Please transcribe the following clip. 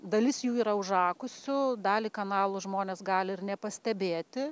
dalis jų yra užakusių dalį kanalų žmonės gali ir nepastebėti